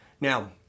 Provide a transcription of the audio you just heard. Now